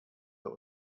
der